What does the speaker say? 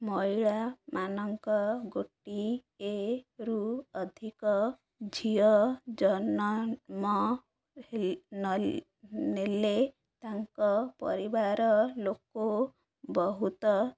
ମହିଳାମାନଙ୍କ ଗୋଟିଏରୁ ଅଧିକ ଝିଅ ଜନ୍ମ ନ ନେଲେ ତାଙ୍କ ପରିବାର ଲୋକ ବହୁତ